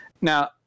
now